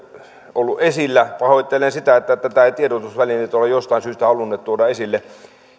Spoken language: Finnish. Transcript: ollut esillä pahoittelen sitä että tätä eivät tiedotusvälineet ole jostain syystä halunneet tuoda esille